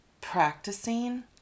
practicing